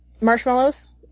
marshmallows